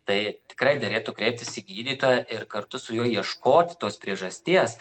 tai tikrai derėtų kreiptis į gydytoją ir kartu su juo ieškoti tos priežasties